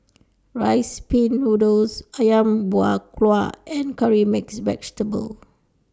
Rice Pin Noodles Ayam Buah Keluak and Curry Mixed Vegetable